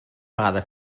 vegada